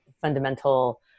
fundamental